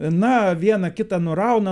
na vieną kitą nurauna